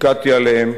פיקדתי עליהם,